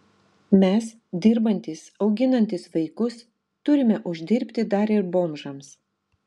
mes dirbantys auginantys vaikus turime uždirbti dar ir bomžams